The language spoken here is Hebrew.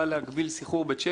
אל"ף,